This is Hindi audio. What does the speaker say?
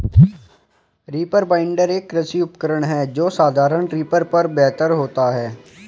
रीपर बाइंडर, एक कृषि उपकरण है जो साधारण रीपर पर बेहतर होता है